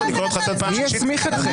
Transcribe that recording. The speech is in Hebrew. די כבר, תנו לשר המשפטים לדבר.